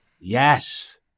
yes